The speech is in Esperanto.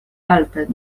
alta